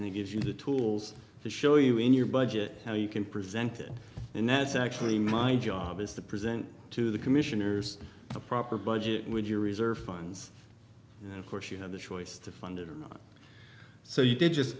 and it gives you the tools to show you in your budget how you can presented and that's actually my job is to present to the commissioners the proper budget would you reserve fines and of course you have the choice to fund it so you did just